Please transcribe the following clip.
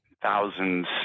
thousands